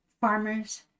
farmers